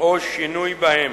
או שינוי בהם.